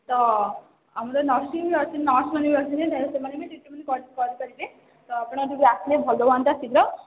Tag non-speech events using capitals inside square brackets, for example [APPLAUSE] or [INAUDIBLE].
ତ ଆମର ନର୍ସିଙ୍ଗ ଅଛି ନର୍ସମାନେ ବି ଅଛନ୍ତି [UNINTELLIGIBLE] ସେମାନେ ବି ଟ୍ରିଟମେଣ୍ଟ କର କରିପାରିବେ ତ ଆପଣ ଯଦି ଆସିବେ ଭଲ ହୁଅନ୍ତା ଶୀଘ୍ର